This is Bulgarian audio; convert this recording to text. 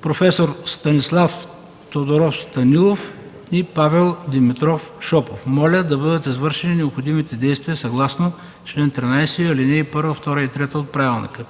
проф. Станислав Тодоров Станилов и Павел Димитров Шопов. Моля да бъдат извършени необходимите действия съгласно чл. 13, алинеи 1, 2 и 3 от Правилника